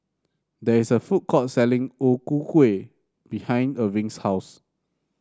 there is a food court selling O Ku Kueh behind Erving's house